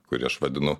kurį aš vadinu